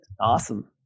Awesome